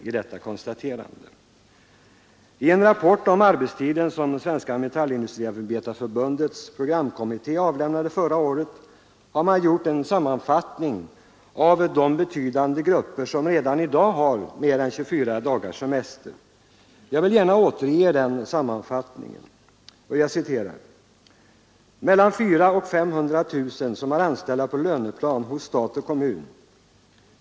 I den rapport om arbetstiden som Svenska metallindustriarbetareförbundets programkommitté avlämnade förra året har man gjort en sammanfattning av de betydande grupper som redan i dag har mer än 24 dagars semester. Jag vill gärna återge den sammanfattningen: ”Mellan 400 och 500 000 som är anställda på löneplan hos stat och kommun.